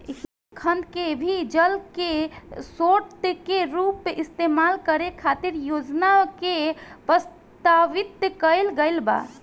हिमखंड के भी जल के स्रोत के रूप इस्तेमाल करे खातिर योजना के प्रस्तावित कईल गईल बा